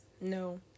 no